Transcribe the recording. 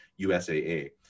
USAA